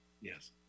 Yes